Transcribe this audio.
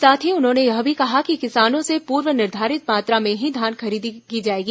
साथ ही उन्होंने यह भी कहा कि किसानों से पूर्व निर्धारित मात्रा में ही धान खरीदी की जाएगी